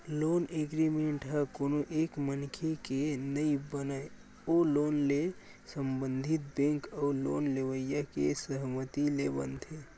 loan agreement ह कोनो एक मनखे के नइ बनय ओ लोन ले संबंधित बेंक अउ लोन लेवइया के सहमति ले बनथे